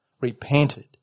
repented